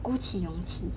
鼓起勇气